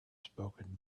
spoken